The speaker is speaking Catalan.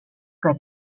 que